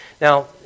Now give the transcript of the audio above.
Now